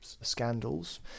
scandals